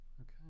okay